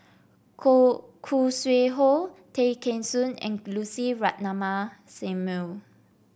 Khoo Khoo Sui Hoe Tay Kheng Soon and Lucy Ratnammah Samuel